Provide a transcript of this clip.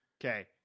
Okay